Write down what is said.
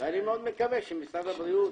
ואני מאוד מקווה שמשרד הבריאות